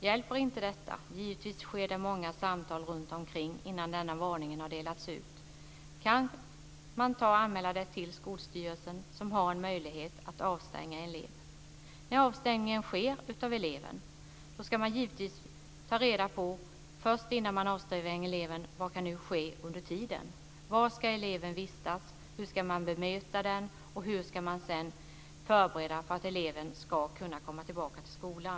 Hjälper inte detta - givetvis sker många samtal innan varningen delas ut - kan man göra en anmälan till Skolstyrelsen som har möjlighet att avstänga eleven. Innan eleven stängs av ska man givetvis ta reda på vad som ska ske under tiden. Var ska eleven vistas? Hur ska eleven bemötas? Vilka förberedelser ska göras för att eleven ska kunna komma tillbaka till skolan?